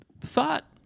thought